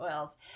oils